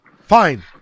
fine